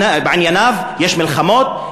יש מלחמות,